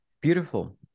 Beautiful